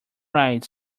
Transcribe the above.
right